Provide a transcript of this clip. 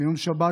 ביום שבת,